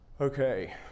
okay